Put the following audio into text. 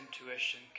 intuition